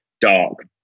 dark